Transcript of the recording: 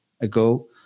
ago